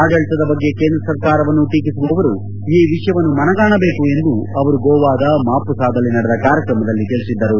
ಆಡಳಿತದ ಬಗ್ಗೆ ಕೇಂದ್ರ ಸರ್ಕಾರವನ್ನು ಟೀಕಿಸುವವರು ಈ ವಿಷಯವನ್ನು ಮನಗಾಣಬೇಕು ಎಂದು ಅವರು ಗೋವಾದ ಮಾಮಸದಲ್ಲಿ ನಡೆದ ಕಾರ್ಯಕ್ರಮದಲ್ಲಿ ತಿಳಿಸಿದರು